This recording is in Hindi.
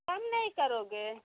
कम नहीं करोगे